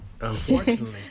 unfortunately